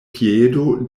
piedo